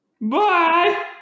Bye